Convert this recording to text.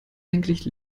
eigentlich